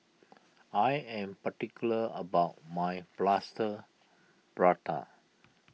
I am particular about my Plaster Prata